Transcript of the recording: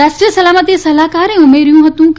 રાષ્ટ્રીય સલામતી સલાહકાર ઉમેર્યું હતું કે